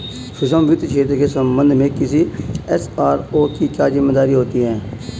सूक्ष्म वित्त क्षेत्र के संबंध में किसी एस.आर.ओ की क्या जिम्मेदारी होती है?